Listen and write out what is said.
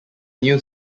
new